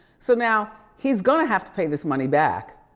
so now, he's gonna have to pay this money back.